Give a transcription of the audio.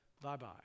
bye-bye